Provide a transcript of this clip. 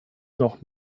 noch